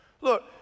Look